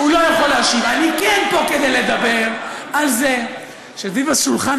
אני כן פה כדי לדבר על זה שסביב השולחן